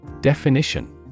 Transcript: Definition